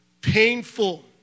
painful